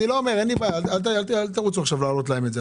אין לי בעיה, אל תרוצו עכשיו להעלות להם את זה.